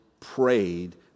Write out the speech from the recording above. prayed